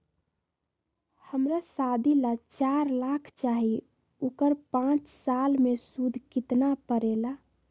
हमरा शादी ला चार लाख चाहि उकर पाँच साल मे सूद कितना परेला?